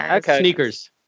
Sneakers